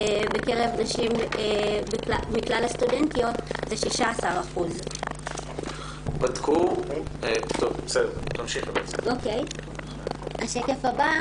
בקרב נשים מכלל הסטודנטיות זה 16%. השקף הבא